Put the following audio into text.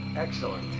excellent.